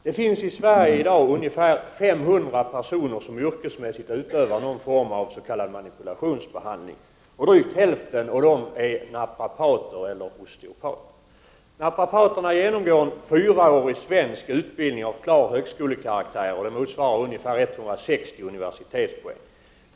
Det finns i dag i Sverige ungefär 500 personer som yrkesmässigt utövar någon form av s.k. manipulationsbehandling. Drygt hälften av dessa är naprapater eller osteopater. Naprapaterna genomgår en fyraårig svensk utbildning som helt klart är av högskolekaraktär, motsvarande ungefär 160 universitetspoäng.